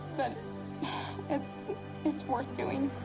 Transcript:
but it's it's worth doing.